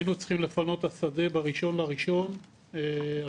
היינו צריכים לפנות את השדה ב-1 בינואר 2019,